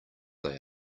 they